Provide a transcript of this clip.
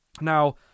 Now